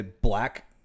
Black